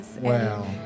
wow